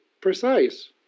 precise